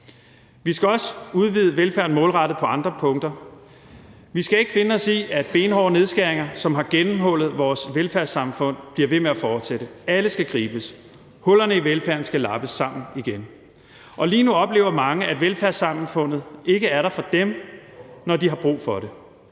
Vi skal også udvide velfærden målrettet på andre punkter. Vi skal ikke finde os i, at benhårde nedskæringer, som har gennemhullet vores velfærdssamfund, bliver ved med at fortsætte. Alle skal gribes. Hullerne i velfærden skal lappes sammen igen. Lige nu oplever mange, at velfærdssamfundet ikke er der for dem, når de har brug for det: